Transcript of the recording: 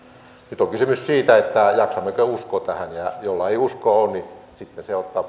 nyt on kysymys siitä jaksammeko uskoa tähän jolla uskoa ei ole se sitten ottaa